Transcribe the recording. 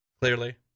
clearly